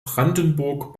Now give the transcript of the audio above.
brandenburg